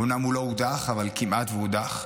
אומנם הוא לא הודח, אבל כמעט הודח.